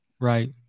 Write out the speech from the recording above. Right